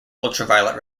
ultraviolet